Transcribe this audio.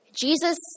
Jesus